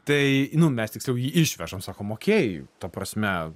tai nu mes tiksliau jį išvežam sakom okei ta prasme